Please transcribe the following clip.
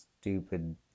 stupid